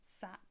sat